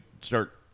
start